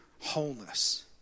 wholeness